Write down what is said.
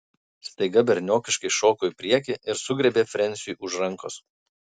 staiga berniokiškai šoko į priekį ir sugriebė frensiui už rankos